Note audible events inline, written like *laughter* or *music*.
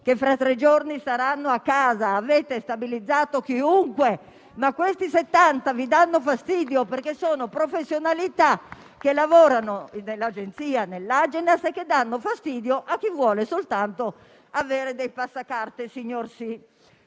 che fra tre giorni saranno a casa. Avete stabilizzato chiunque, ma questi settanta lavoratori vi danno fastidio, *applause* perché sono professionalità che lavorano nell'Agenas e che danno fastidio a chi vuole soltanto avere dei passacarte.